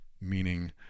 meaning